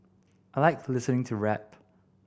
I like listening to rap